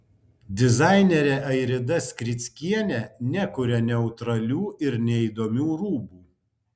dizainerė airida skrickienė nekuria neutralių ir neįdomių rūbų